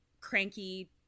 cranky